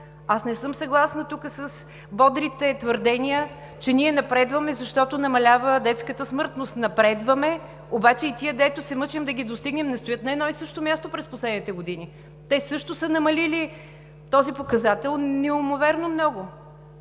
Аз не съм съгласна с бодрите твърдения тук, че ние напредваме, защото намалява детската смъртност. Напредваме, обаче и тези, дето се мъчим да ги достигнем, не стоят на едно и също място през последните години. Те също са намалили този показател неимоверно много.